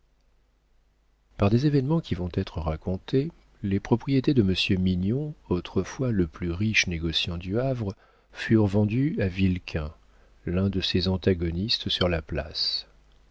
par des événements qui vont être racontés les propriétés de monsieur mignon autrefois le plus riche négociant du havre furent vendues à vilquin l'un de ses antagonistes sur la place